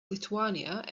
lithuania